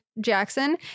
Jackson